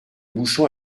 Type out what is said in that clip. bouchon